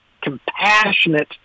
compassionate